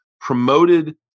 promoted